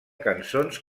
cançons